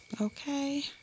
okay